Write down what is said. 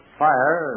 fire